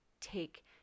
take